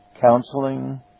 counseling